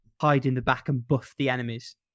hide-in-the-back-and-buff-the-enemies